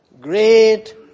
great